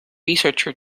researcher